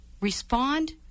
respond